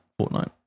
Fortnite